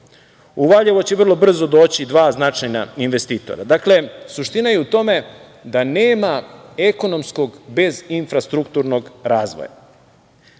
U Valjevo će vrlo brzo doći dva značajna investitora. Dakle, suština je u tome da nema ekonomskog bez infrastrukturnog razvoja. Govori